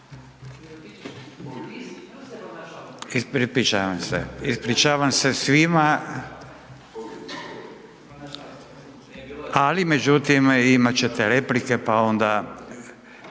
Ispričavam se svima, ali međutim, imat ćete replike, onda.